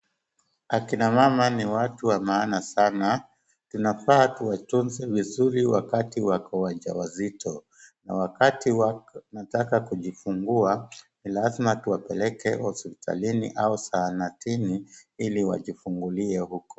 Akina mama ni watu wa maana sana tunafaa tuwatunze vizuri wakati wako wajawazito na wakati wanataka kujifungua ni lazma tuwapeleke hospitalini au zahanatini ili wajifungulie huko.